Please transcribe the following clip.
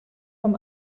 vom